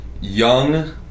Young